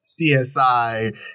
CSI